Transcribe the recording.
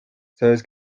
sabes